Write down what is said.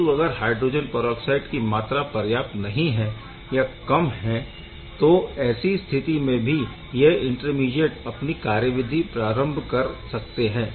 किंतु अगर hydrogen peroxide की मात्रा पर्याप्त नहीं है या कम है तो ऐसे स्थिति में भी यह इंटरमीडीएट अपनी कार्यविधि प्रारम्भ कर सकते है